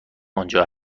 آنجا